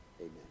Amen